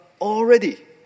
already